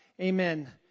amen